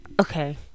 okay